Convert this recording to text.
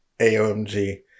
AOMG